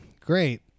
great